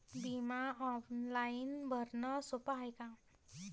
बिमा ऑनलाईन भरनं सोप हाय का?